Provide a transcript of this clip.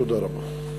תודה רבה.